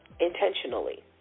intentionally